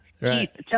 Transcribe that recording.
Right